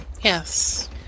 Yes